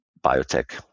biotech